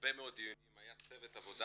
הרבה מאוד דיונים, היה צוות עבודה